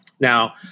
now